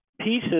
Pieces